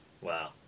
wow